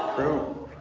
true.